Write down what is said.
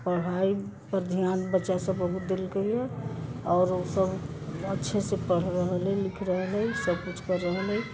पढ़ाइ पर ध्यान बच्चा सब बहुत देलकैया आओर ओ सब अच्छे से पढ़ रहल अइ लिख रहल अइ सब किछु कऽ रहल अइ